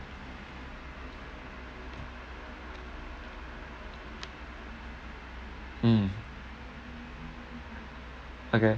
hmm